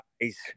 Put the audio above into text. guys